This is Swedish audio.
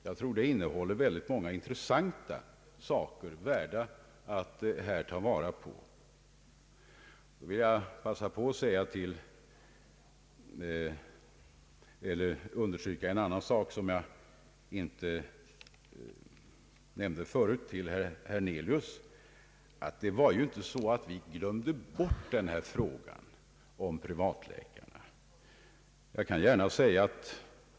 Jag tror att det innehåller många ting som är värda att ta fasta på, och jag vill passa på att understryka något som jag inte nämnde i min replik till herr Hernelius. Det var inte så att vi glömde bort frågan om privatpraktikerna.